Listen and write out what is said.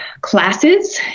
classes